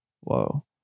whoa